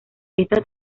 estas